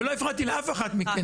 ולא הפרעתי לאף אחת מכן.